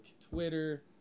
Twitter